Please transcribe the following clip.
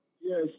Yes